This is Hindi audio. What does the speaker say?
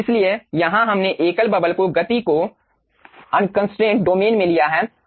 इसलिए यहाँ हमने एकल बबल की गति को अनकंस्ट्रेंट डोमेन में लिया है